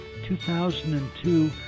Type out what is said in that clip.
2002